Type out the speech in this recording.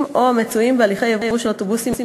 או מצויים בהליכי ייבוא של אוטובוסים מסין,